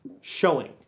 showing